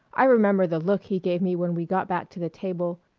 i remember the look he gave me when we got back to the table.